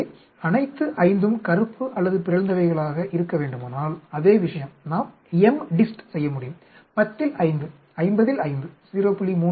எனவே அனைத்து 5 ம் கருப்பு அல்லது பிறழ்ந்தவைகளாக இருக்க வேண்டுமானால் அதே விஷயம் நாம் MDIST செய்ய முடியும் 10 இல் 5 50 இல் 5 0